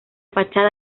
fachada